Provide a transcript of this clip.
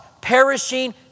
perishing